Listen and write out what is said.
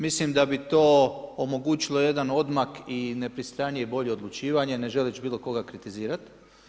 Mislim da bi to omogućilo jedan odmak i nepristranije bolje odlučivanje ne želeći bilo koga kritizirati.